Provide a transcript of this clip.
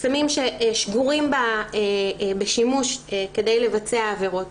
סמים ששגורים בשימוש כדי לבצע עבירות.